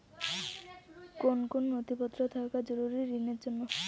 কোন কোন নথিপত্র থাকা জরুরি ঋণের জন্য?